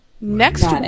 Next